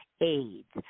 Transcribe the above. AIDS